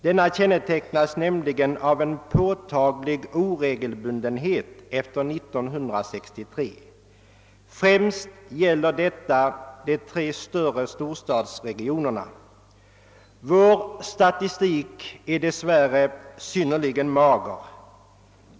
Den kännetecknas nämligen av en påtaglig oregelbundenhet efter år 1963. Främst gäller detta de tre storstadsregionerna. Vår statistik är dess värre synnerligen mager.